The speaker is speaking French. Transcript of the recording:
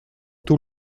tous